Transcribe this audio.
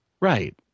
right